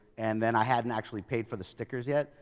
and then i hadn't actually paid for the stickers yet,